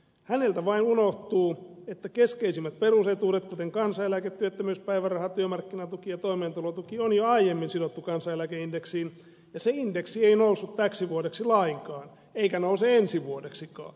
häneltä vain unohtuu että keskeisimmät perusetuudet kuten kansaneläke työttömyyspäiväraha työmarkkinatuki ja toimeentulotuki on jo aiemmin sidottu kansaneläkeindeksiin ja se indeksi ei noussut täksi vuodeksi lainkaan eikä nouse ensi vuodeksikaan